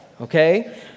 okay